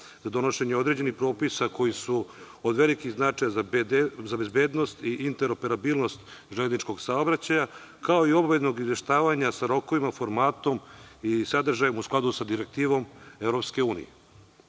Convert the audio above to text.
za donošenje određenih propisa koji su od velikog značaja za bezbednost i interoperabilnost železničkog saobraćaja, kao i obaveznog izveštavanja sa rokovima, formatom i sadržajem, u skladu sa Direktivom